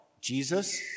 Jesus